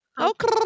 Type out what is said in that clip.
Okay